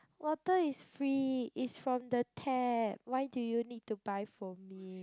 water is free is from the tap why do you need to buy for me